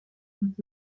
und